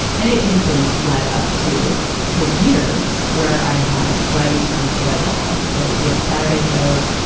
and it had been led up to for years, where i had, what i used to call my dread ball. so, we had saturday shows,